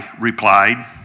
replied